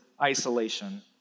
isolation